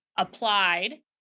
Applied